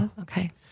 Okay